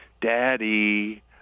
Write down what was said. Daddy